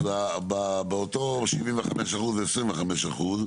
אז באותם 75% ו-25%,